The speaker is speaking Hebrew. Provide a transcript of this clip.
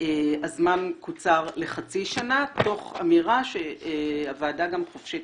הזמן קוצר לחצי שנה תוך אמירה שהוועדה גם חופשית